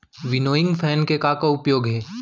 Winnowing fan के का का उपयोग हे?